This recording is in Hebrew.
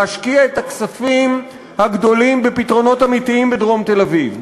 להשקיע את הכספים הגדולים בפתרונות אמיתיים בדרום תל-אביב,